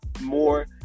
more